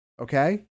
Okay